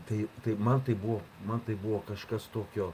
tai tai man tai buvo man tai buvo kažkas tokio